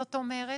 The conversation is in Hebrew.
זאת אומרת,